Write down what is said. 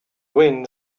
wind